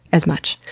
as much.